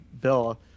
Bill